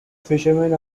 fishermen